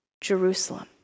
Jerusalem